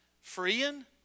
freeing